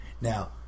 Now